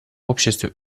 обществе